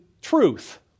truth